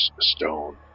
stone